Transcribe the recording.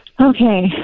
Okay